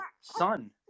son